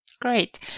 great